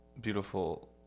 beautiful